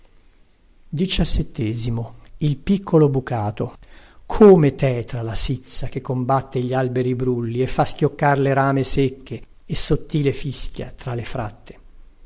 al cuore come tetra la sizza che combatte gli alberi brulli e fa schioccar le rame secche e sottile fischia tra le fratte